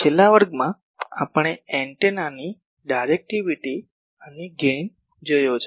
છેલ્લા વર્ગમાં આપણે એન્ટેનાની ડાયરેક્ટિવિટી અને ગેઇન જોયો છે